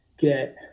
get